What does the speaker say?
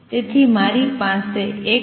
તેથી મારી પાસે X Y હોવું જોઈએ